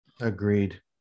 Agreed